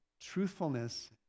truthfulness